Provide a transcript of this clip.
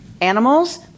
animals